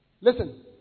listen